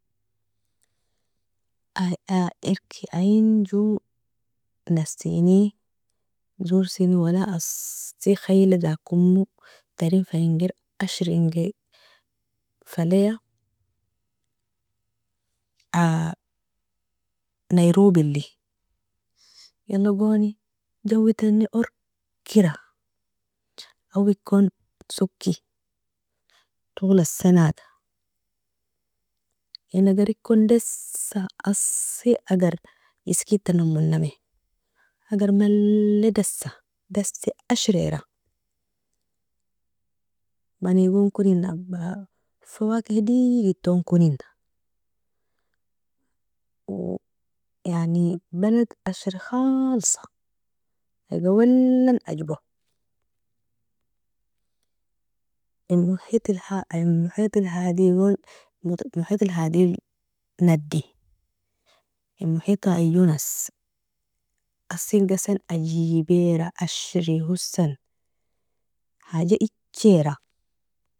Ai irke ain jo naseni, zorsini wala asig khaila dakomo taren fa inger ashringi falia, nairobilli, yalgoni jawitani orkira, awwi kon soki tol asenaga, in agari kon desa, asi agar iskita namonami, agar malle desa, desi ashri era mani gon konina ba- فواكه digidton konina yani balad ashri khalsa, iga wellan ajbo, in محيط الهادي محيط الهادي gon محيط الهادي la nadi, in mohita ai jo nas, asen gasi aiebeera, ashri hosan haja echiera.